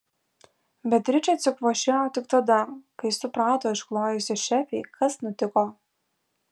beatričė atsikvošėjo tik tada kai suprato išklojusi šefei kas nutiko